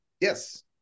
yes